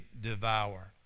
devour